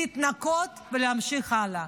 להתנקות ולהמשיך הלאה.